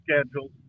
schedules